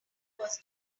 was